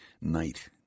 night